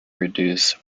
reduce